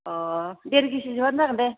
अ देर केजिसोबानो जागोन दे